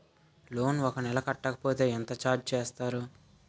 Loan ఒక నెల కట్టకపోతే ఎంత ఛార్జ్ చేస్తారు?